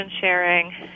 sharing